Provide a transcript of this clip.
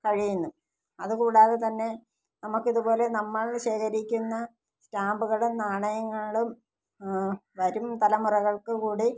കഴിയുന്നു അതു കൂടാതെതന്നെ നമുക്കിതു പോലെ നമ്മൾ ശേഖരിക്കുന്ന സ്റ്റാമ്പുകളും നാണയങ്ങളും വരും തലമുറകൾക്ക് കൂടി